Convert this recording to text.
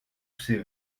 ses